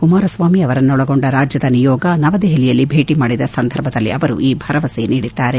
ಕುಮಾರ ಸ್ವಾಮಿ ಅವರನ್ನೊಳಗೊಂಡ ರಾಜ್ಯದ ನಿಯೋಗ ನವದೆಹಲಿಯಲ್ಲಿ ಭೇಟಿ ಮಾಡಿದ ಸಂದರ್ಭದಲ್ಲಿ ಅವರು ಈ ಭರವಸೆ ನೀಡಿದ್ದಾರೆ